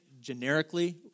generically